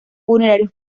funerarios